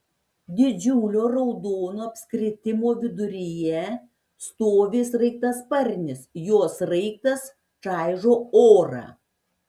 didžiulio raudono apskritimo viduryje stovi sraigtasparnis jo sraigtas čaižo orą